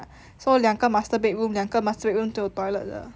so 两个 master bedroom 两个 master bedroom 都有 toilet 的